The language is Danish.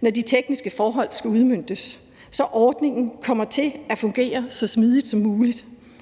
når de tekniske forhold skal udmøntes, så ordningen kommer til at fungere så smidigt som muligt.